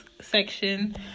section